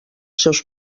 seus